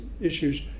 issues